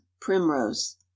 primrose